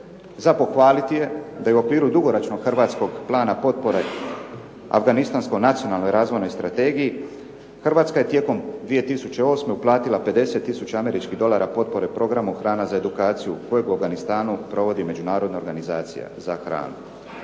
Za pohvaliti je da je u okviru dugoročnog hrvatskog plana potpore afganistansko nacionalne razvojne strategije Hrvatska je tijekom 2008. uplatila 50 tisuća američkih dolara potpore programu "Hrana za edukaciju" kojeg u Afganistanu provodi Međunarodna organizacija za hranu.